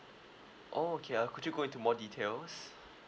oh okay uh could you go into more details